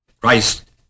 Christ